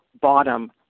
bottom